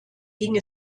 ging